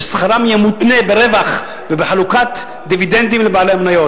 ששכרם יהיה מותנה ברווח ובחלוקת דיווידינדים לבעלי המניות.